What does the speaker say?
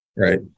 Right